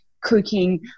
cooking